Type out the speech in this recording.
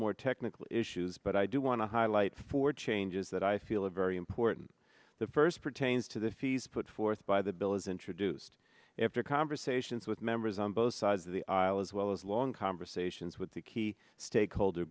more technical issues but i do want to highlight for changes that i feel are very important the first pertains to the fees put forth by the bill is introduced after conversations with members on both sides of the aisle as well as long conversations with the key sta